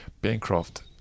Bancroft